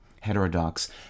Heterodox